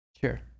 Sure